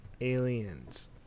aliens